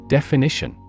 Definition